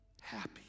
happy